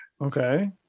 Okay